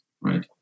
right